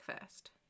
first